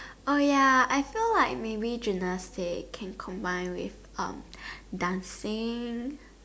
oh ya I feel like maybe gymnastic can combine with um dancing